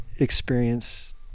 Experience